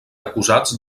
acusats